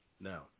Now